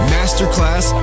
Masterclass